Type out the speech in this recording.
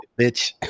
bitch